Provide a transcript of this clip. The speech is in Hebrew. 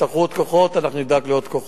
יצטרכו עוד כוחות, אנחנו נדאג לעוד כוחות.